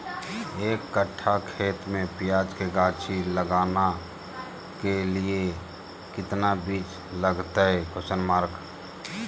एक कट्ठा खेत में प्याज के गाछी लगाना के लिए कितना बिज लगतय?